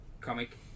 comic